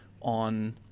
on